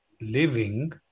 living